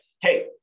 hey